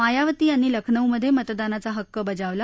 मायावती यांनी लखनौमधे मतदानाचा हक्क बजावला